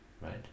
right